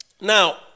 Now